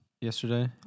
yesterday